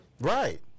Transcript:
Right